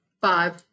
Five